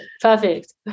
Perfect